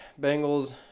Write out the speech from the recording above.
Bengals